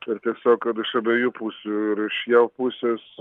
ir tiesiog iš abiejų pusių ir iš jav pusės